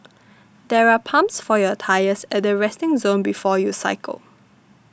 there are pumps for your tyres at the resting zone before you cycle